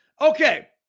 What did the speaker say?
Okay